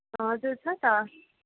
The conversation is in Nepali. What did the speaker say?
हजुर छ त